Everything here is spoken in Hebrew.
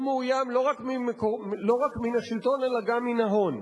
הוא מאוים לא רק מן השלטון, אלא גם מן ההון.